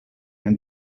and